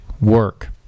work